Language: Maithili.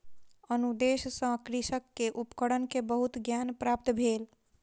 अनुदेश सॅ कृषक के उपकरण के बहुत ज्ञान प्राप्त भेल